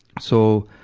so,